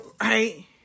right